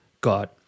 God